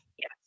Yes